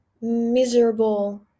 miserable